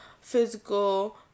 physical